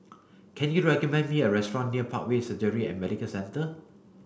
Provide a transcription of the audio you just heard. can you recommend me a restaurant near Parkway Surgery and Medical Centre